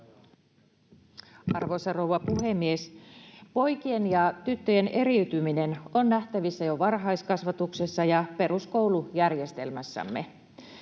Arvoisa rouva puhemies! Poikien ja tyttöjen eriytyminen on nähtävissä jo varhaiskasvatuksessa ja peruskoulujärjestelmässämme,